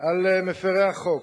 על מפירי החוק.